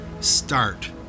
start